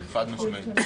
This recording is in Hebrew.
חד משמעית.